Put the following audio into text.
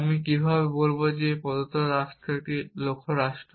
আমি কিভাবে বলব যে একটি প্রদত্ত রাষ্ট্র একটি লক্ষ্য রাষ্ট্র